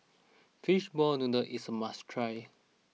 Fishball Noodle is a must try